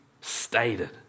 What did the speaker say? stated